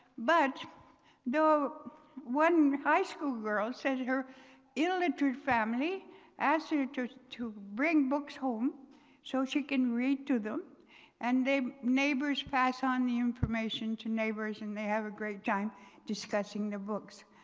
but though one high school girl said her illiterate family asked her to to bring books home so she can read to them and the neighbors pass on the information to neighbors and they have a great time discussing the books.